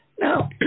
No